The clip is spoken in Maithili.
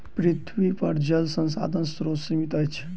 पृथ्वीपर जल संसाधनक स्रोत सीमित अछि